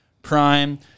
prime